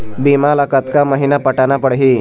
बीमा ला कतका महीना पटाना पड़ही?